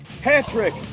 Patrick